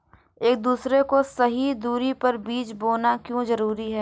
एक दूसरे से सही दूरी पर बीज बोना क्यों जरूरी है?